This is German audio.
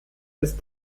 ist